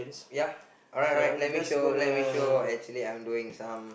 ya alright alright let me show let me show actually I'm doing some